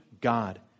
God